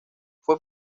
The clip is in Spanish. fue